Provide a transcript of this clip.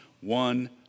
one